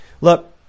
look